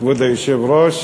כבוד היושב-ראש,